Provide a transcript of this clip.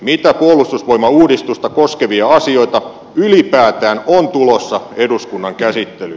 mitä puolustusvoimauudistusta koskevia asioita ylipäätään on tulossa eduskunnan käsittelyyn